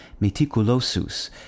meticulosus